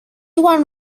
one